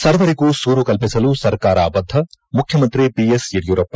ಸರ್ವರಿಗೂ ಸೂರು ಕಲ್ಪಿಸಲು ಸರ್ಕಾರ ಬದ್ದ ಮುಖ್ಯಮಂತ್ರಿ ಬಿಎಸ್ ಯಡಿಯೂರಪ್ಪ